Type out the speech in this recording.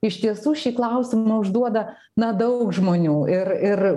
iš tiesų šį klausimą užduoda na daug žmonių ir ir